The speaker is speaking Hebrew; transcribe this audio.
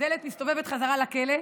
דלת מסתובבת חזרה לכלא,